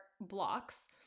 blocks